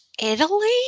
Italy